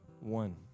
One